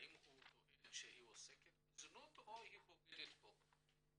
האם הוא טוען שהיא עוסקת בזנות או היא בוגדת בו?